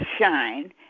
Shine